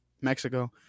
Mexico